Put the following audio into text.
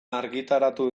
argitaratu